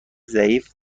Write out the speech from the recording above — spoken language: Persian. ضعیف